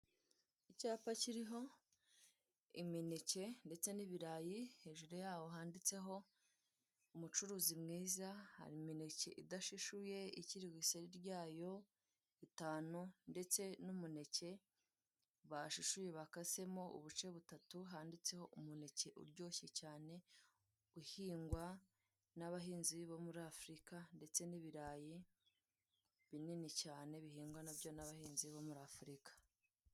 Icyapa kiriho imineke ndetse n'ibirayi hejuru yaho handitseho umucuruzi mwiza, hari imineke idashishuye ikirirwa ku iseri ryayo itanu ndetse n'umuneke bashishuye bakasemo ubuce butatu handitseho umuneke uryoshye cyane uhingwa n'abahinzi bo muri Afurika ndetse n'ibirayi binini cyane bihingwa nabyo n'abahinzi bo muri Afurika.